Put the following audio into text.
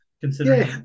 considering